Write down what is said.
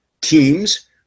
teams